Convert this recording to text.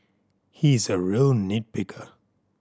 he is a real nit picker